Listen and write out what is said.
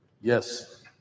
yes